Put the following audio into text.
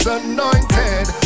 anointed